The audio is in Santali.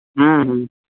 ᱦᱮᱸ ᱦᱮᱸ